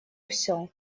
все